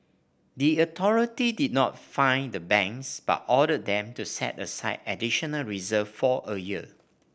the authority did not fine the banks but ordered them to set aside additional reserves for a year